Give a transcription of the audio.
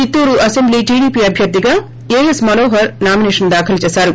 Chittoor assembly TDP అభ్యర్థిగా AS Manohar nomination దాఖలు చేశారు